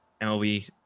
MLB